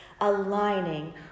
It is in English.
aligning